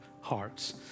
hearts